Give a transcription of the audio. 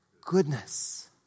Goodness